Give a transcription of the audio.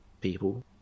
people